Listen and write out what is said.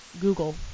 google